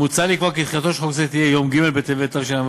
מוצע לקבוע כי תחילתו של חוק זה תהיה ביום ג' בטבת התשע"ז,